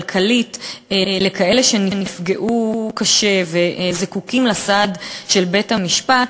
כלכלית לכאלה שנפגעו קשה וזקוקים לסעד של בית-המשפט,